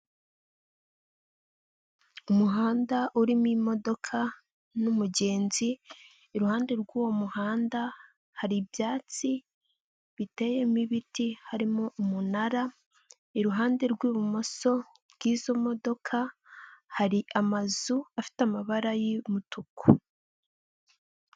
Umuhanda urimo imodoka n'umugenzi iruhande rwuwo muhanda hari ibyatsi biteyemo ibiti harimo umunara iruhande rw'ibumoso bwizo modoka hari amazu afite amabara y'umutuku.